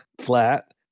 flat